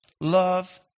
Love